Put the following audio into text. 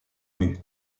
mue